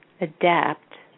adapt